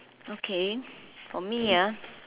okay for me ah